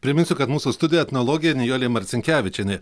priminsiu kad mūsų studijoj etnologė nijolė marcinkevičienė